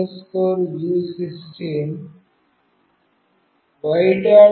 read u16 Y